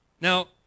Now